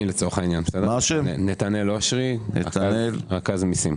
אני, נתנאל אושרי, רכז מיסים.